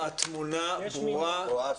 התמונה ברורה.